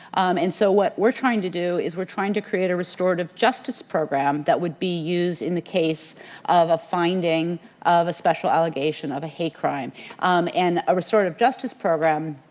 and so what we are trying to do is we are trying to create a restorative justice program that would be used in the case of a finding of special allegation of a hate crime and a restorative justice program,